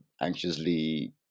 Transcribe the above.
anxiously